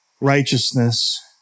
righteousness